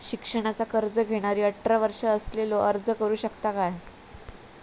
शिक्षणाचा कर्ज घेणारो अठरा वर्ष असलेलो अर्ज करू शकता काय?